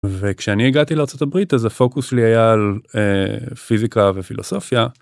וכשאני הגעתי לארה״ב אז הפוקוס שלי על פיזיקה ופילוסופיה.